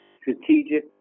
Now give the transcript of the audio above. strategic